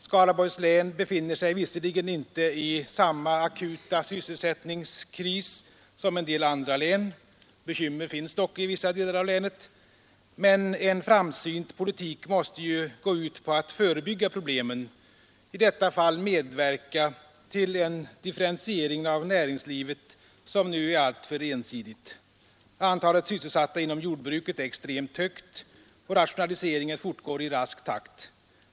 Skaraborgs län befinner sig visserligen inte i samma akuta sysselsättningskris som en del andra län — bekymmer finns dock i vissa delar av länet — men en framsynt politik måste ju gå ut på att förebygga problemen, i detta fall att medverka till en differentiering av näringslivet, som nu är alltför ensidigt. Antalet sysselsatta inom jordbruket är extremt högt och rationaliseringen fortgår i rask takt.